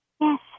Yes